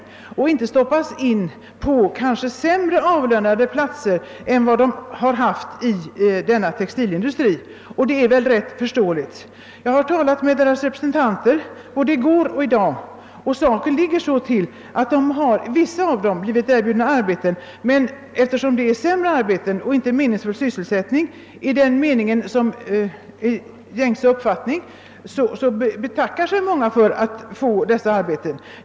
De vill inte stoppas in på en skyddad verkstad eller kanske sämre avlönade platser än de som de haft i textilindustrin. Detta är ganska förståeligt. Jag har talat med deras representanter både i går och i dag. De meddelade att vissa av de anställda blivit erbjudna arbete på annat håll, men eftersom det är fråga om sämre arbeten och inte någon meningsfylld sysselsättning enligt gängse uppfattning betackade sig många för att ta dem.